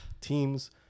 teams